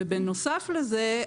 ובנוסף לזה,